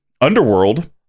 Underworld